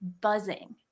buzzing